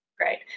Great